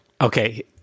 Okay